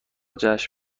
جشن